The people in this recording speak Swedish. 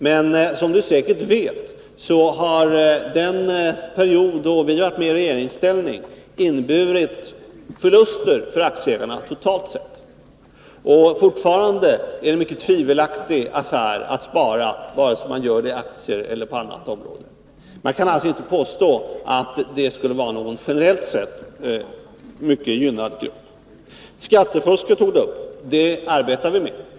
Men som han säkert vet har den period då vi varit i regeringsställning inneburit förluster för aktieägarna totalt sett. Fortfarande är det en mycket tvivelaktig affär att spara, vare sig man gör det i aktier eller på annat område. Man kan alltså inte påstå att detta skulle vara någon generellt sett gynnad grupp. Skattefusket tog Lars-Ove Hagberg också upp.